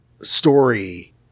story